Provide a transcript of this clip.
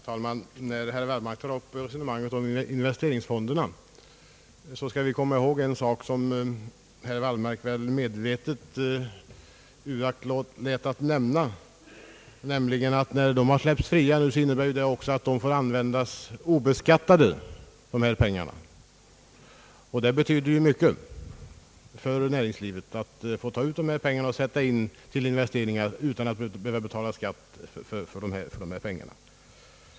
Herr talman! Beträffande investeringsfonderna bör vi komma ihåg en sak som herr Wallmark medvetet uraktlät att nämna, nämligen att när fonderna släppts fria så får de användas obeskattade. Det betyder ju mycket för näringslivet att få använda dessa pengar till investeringar utan att betala skatt för dem.